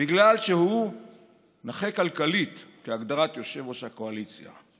בגלל שהוא נכה כלכלית, כהגדרת יושב-ראש הקואליציה.